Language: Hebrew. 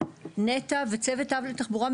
נת"ע וצוות אב לתחבורה,